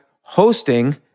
hosting